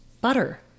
butter